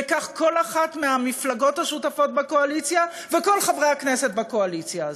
וכך כל אחת מהמפלגות השותפות בקואליציה וכל חברי הכנסת בקואליציה הזאת.